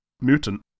mutant